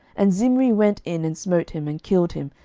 and zimri went in and smote him, and killed him,